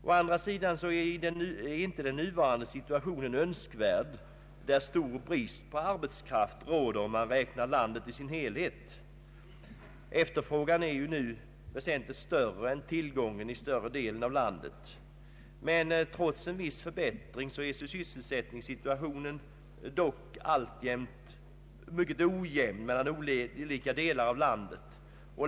Å andra sidan är inte den nuvarande situationen önskvärd, där stor brist på arbetskraft råder, om man räknar landet i dess helhet. Efterfrågan är nu väsentligt större än tillgången i större delen av landet. Trots en viss förbättring är sysselsättningssituationen dock alltjämt mycket ojämn i olika delar av landet.